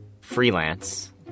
freelance